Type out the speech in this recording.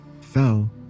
fell